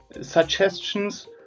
suggestions